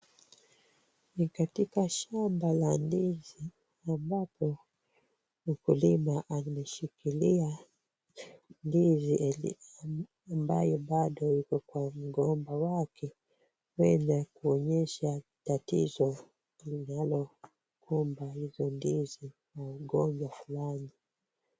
Ni katika shamba la ndizi ambapo mkulima analishikilia ndizi ambayo bado iko kwa mgomba wake. Huweza kuonyesha tatizo linalokumba hizo ndizi na ugonjwa halali.